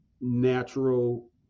natural